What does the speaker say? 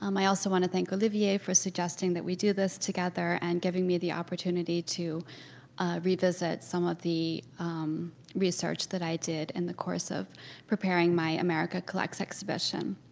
um i also want to thank olivier for suggesting that we do this together and giving me the opportunity to revisit some of the research that i did in the course of preparing my america collect's exhibition.